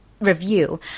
review